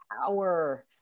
power